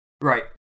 Right